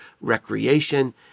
recreation